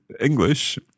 English